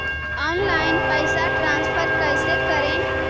Online पैसा transfer कैसे करे?